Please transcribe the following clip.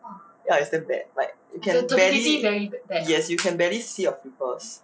ya it's damn bad like you can barely yes you can barely see your pimples